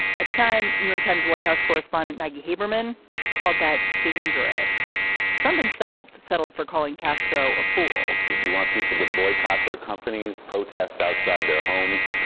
at the time new york times white house correspondent maggie haberman called that dangerous trump himself settled for calling castro a fool do you want people to boycott their companies protest outside their homes.